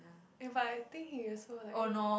if I think he is also like